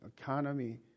economy